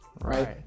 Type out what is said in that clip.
right